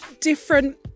different